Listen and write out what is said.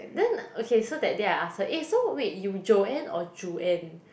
then okay so that day I ask her eh so wait you Joanne or Juan